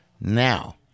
Now